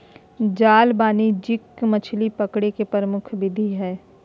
जाल वाणिज्यिक मछली पकड़े के प्रमुख विधि हइ